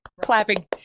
clapping